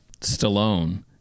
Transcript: Stallone